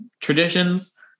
traditions